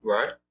Right